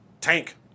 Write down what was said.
Tank